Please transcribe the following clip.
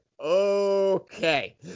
okay